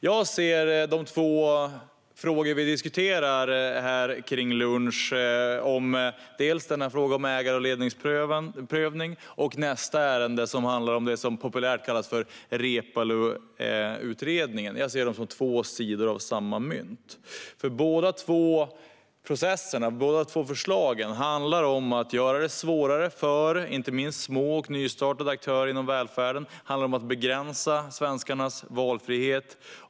Jag ser de två frågor som vi diskuterar här - dels frågan om ägar och ledningsprövning, dels nästa ärende som handlar om det som populärt kallas för Reepaluutredningen - som två sidor av samma mynt. Båda processerna, båda förslagen, handlar om att göra det svårare för inte minst små och nystartade aktörer inom välfärden och om att begränsa svenskarnas valfrihet.